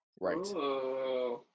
Right